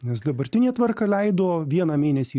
nes dabartinė tvarka leido vieną mėnesį